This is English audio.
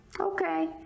okay